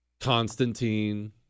Constantine